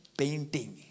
painting